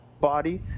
body